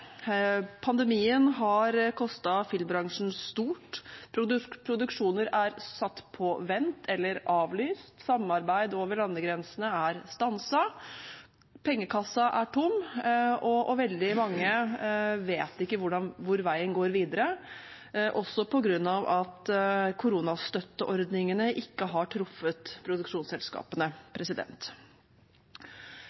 Pandemien har kostet filmbransjen stort, produksjoner er satt på vent eller avlyst, samarbeid over landegrensene er stanset, pengekassen er tom, og veldig mange vet ikke hvor veien går videre, også på grunn av at koronastøtteordningene ikke har truffet produksjonsselskapene.